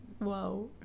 wow